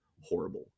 horrible